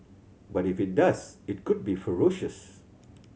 but if it does it could be ferocious